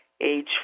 age